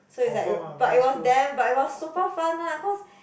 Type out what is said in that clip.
so it's like but it was damn but it was super fun lah cause